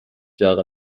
jahre